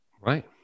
Right